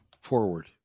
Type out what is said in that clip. forward